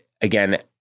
again